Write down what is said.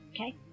Okay